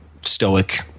Stoic